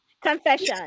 confession